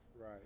Right